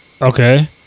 Okay